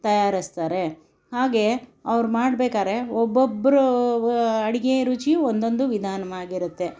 ತಯಾರಿಸ್ತಾರೆ ಹಾಗೆ ಅವರು ಮಾಡ್ಬೇಕಾದ್ರೆ ಒಬ್ಬೊಬ್ಬರ ಅಡುಗೆಯ ರುಚಿ ಒಂದೊಂದು ವಿಧಾನ್ವಾಗಿರುತ್ತೆ